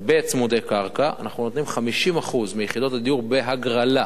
בצמודי קרקע אנחנו נותנים 50% מיחידות הדיור בהגרלה.